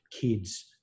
kids